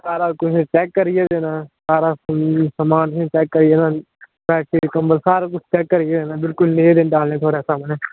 सारा कुछ चेक करियै देना सारा समान तुसें चेक करियै देना बेडशीट कम्बल सारा कुछ चेक करियै देना बिल्कुल नये डालने थोआढ़े सामनै